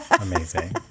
Amazing